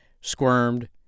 squirmed